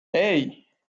hey